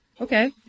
Okay